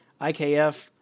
IKF